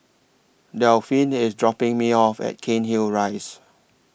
Delphine IS dropping Me off At Cairnhill Rise